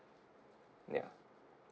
ya